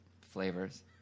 flavors